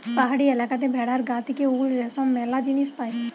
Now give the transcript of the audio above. পাহাড়ি এলাকাতে ভেড়ার গা থেকে উল, রেশম ম্যালা জিনিস পায়